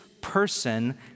person